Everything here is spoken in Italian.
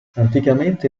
anticamente